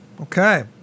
Okay